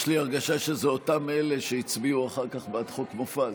יש לי הרגשה שזה אותם אלה שהצביעו אחר כך בעד חוק מופז,